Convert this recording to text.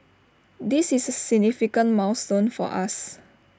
this is A significant milestone for us